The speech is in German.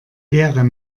leere